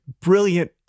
brilliant